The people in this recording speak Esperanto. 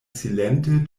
silente